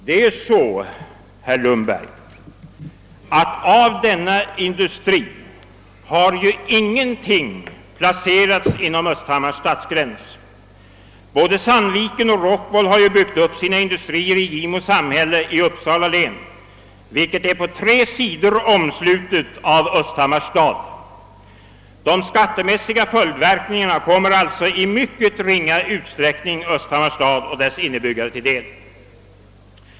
Det förhåller sig på det sättet, herr Lundberg, att av denna industri ingenting har placerats inom Östhammars stadsgräns. Både Sandviken och Rockwool har nämligen byggt upp sina industrier i Gimo samhälle i Uppsala län, vilket samhälle på tre sidor är omslutet av Östhammars stad. De skattemässiga följdverkningarna kommer alltså i mycket ringa utsträckning Östhammars stad och dess invånare till del.